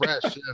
fresh